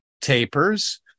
tapers